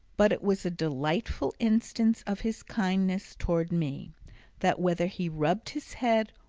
but it was a delightful instance of his kindness towards me that whether he rubbed his head,